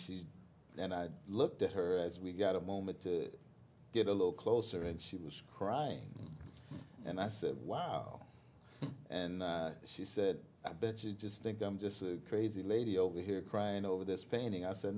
she and i looked at her as we got a moment to get a little closer and she was crying and i said wow and she said i bet you just think i'm just a crazy lady over here crying over this painting i said